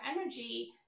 energy